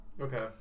Okay